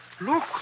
look